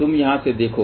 तुम यहाँ से देखो